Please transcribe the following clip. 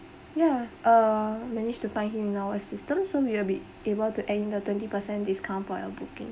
yeah uh managed to find him now in system so we'll be able to add in the twenty percent discount for your booking